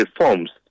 reforms